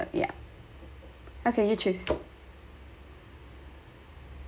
yeah okay you choose